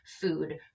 food